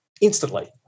instantly